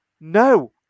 no